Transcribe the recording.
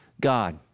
God